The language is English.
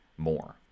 more